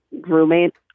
roommate